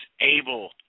able